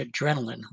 adrenaline